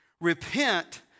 Repent